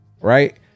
Right